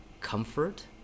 comfort